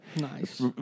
Nice